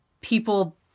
people